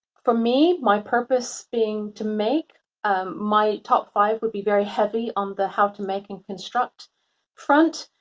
for me, my purpose being to make my top five would be very heavy on the how to make and construct front,